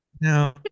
No